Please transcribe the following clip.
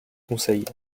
conseil